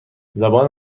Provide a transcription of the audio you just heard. زبان